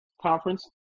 conference